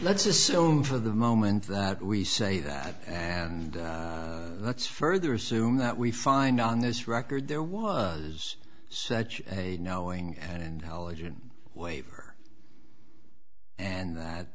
let's assume for the moment that we say that and let's further assume that we find on this record there was such a knowing and halogen waiver and that